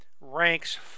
ranks